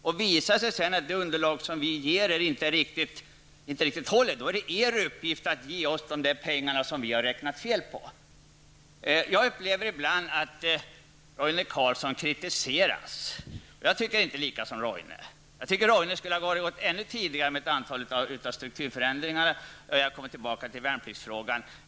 Visar det sig sedan att det underlag som vi ger er inte riktigt håller, så är det er uppgift att ge oss de pengar som vi har räknat fel på. Jag upplever ibland att Roine Carlsson kritiseras. Jag har inte i allt samma uppfattning som Roine Carlsson. Jag tycker att han ännu tidigare borde ha genomfört ett antal strukturförändringar; jag kommer så småningom tillbaka till värnpliktsfrågan.